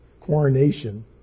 coronation